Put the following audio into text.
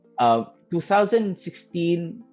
2016